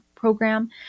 program